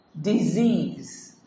disease